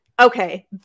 okay